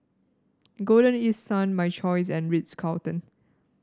Golden East Sun My Choice and Ritz Carlton